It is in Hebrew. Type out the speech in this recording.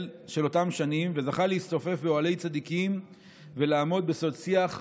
של אותן שנים וזכה להסתופף באוהלי צדיקים ולעמוד בסוד שיח חסידים.